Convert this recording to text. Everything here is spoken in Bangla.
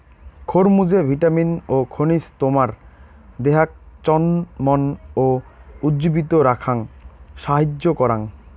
খরমুজে ভিটামিন ও খনিজ তোমার দেহাক চনমন ও উজ্জীবিত রাখাং সাহাইয্য করাং